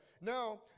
Now